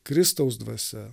kristaus dvasia